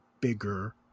bigger